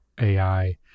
ai